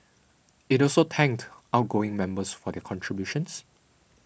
it also thanked outgoing members for their contributions